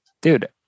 dude